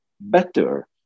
better